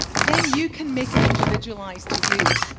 then you can make it individualized to you.